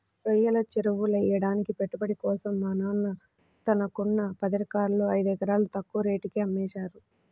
రొయ్యల చెరువులెయ్యడానికి పెట్టుబడి కోసం మా నాన్న తనకున్న పదెకరాల్లో ఐదెకరాలు తక్కువ రేటుకే అమ్మేశారు